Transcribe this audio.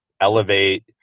elevate